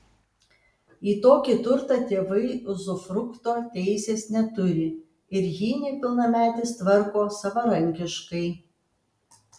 į tokį turtą tėvai uzufrukto teisės neturi ir jį nepilnametis tvarko savarankiškai